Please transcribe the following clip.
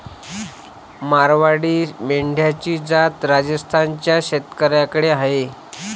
मारवाडी मेंढ्यांची जात राजस्थान च्या शेतकऱ्याकडे आहे